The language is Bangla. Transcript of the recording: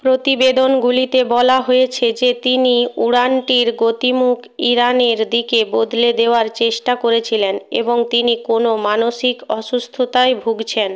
প্রতিবেদনগুলিতে বলা হয়েছে যে তিনি উড়ানটির গতিমুখ ইরানের দিকে বদলে দেওয়ার চেষ্টা করেছিলেন এবং তিনি কোনো মানসিক অসুস্থতায় ভুগছেন